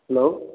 hello